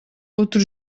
outro